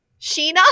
sheena